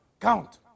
Count